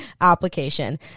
application